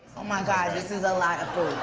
oh, my god. this is a lot of